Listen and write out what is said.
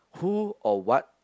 who or what